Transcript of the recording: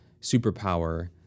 superpower